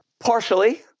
Partially